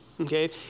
Okay